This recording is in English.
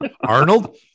Arnold